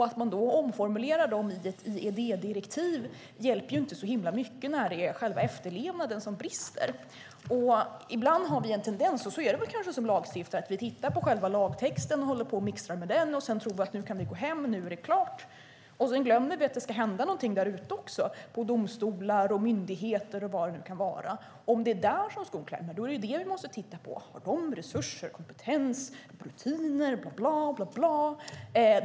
Att man då omformulerade dem i ett IED-direktiv hjälper inte så mycket när det är själva efterlevnaden som brister. Ibland har vi som lagstiftare en tendens att vi tittar på själva lagtexten och håller på och mixtrar med den. Sedan tror vi att det är klart. Men vi glömmer att det ska hända någonting där ute också, i domstolar, i myndigheter och vad det kan vara. Om det är där som skon klämmer är det detta vi måste titta på. Har de resurser, kompetens, rutiner och så vidare?